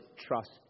trust